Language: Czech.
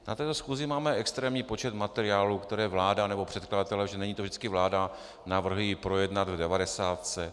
Na této schůzi máme extrémní počet materiálů, které vláda nebo předkladatelé, není to vždycky vláda, navrhují projednat v devadesátce.